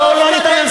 בואו לא ניתמם,